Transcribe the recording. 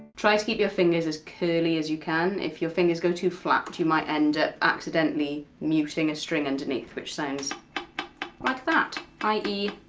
try to keep your fingers as curly as you can, if your fingers go too flat you might end up accidentally muting a string underneath, which sounds like that i e.